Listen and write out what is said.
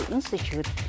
Institute